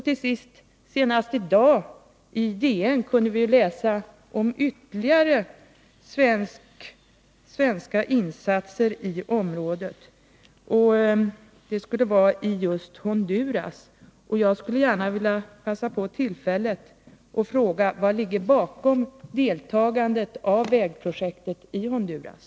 Till sist: Senast i dag kunde vi i DN läsa om ytterligare svenska insatser i området. Det gällde just Honduras. Jag skulle gärna vilja passa på tillfället att fråga vad som ligger bakom deltagandet i vägprojektet i Honduras?